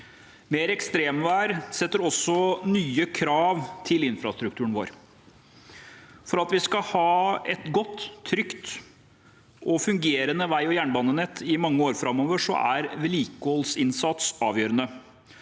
Mer ekstremvær setter også nye krav til infrastrukturen vår. For at vi skal ha et godt, trygt og fungerende vei- og jernbanenett i mange år framover, er vedlikeholdsinnsats avgjørende.